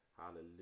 Hallelujah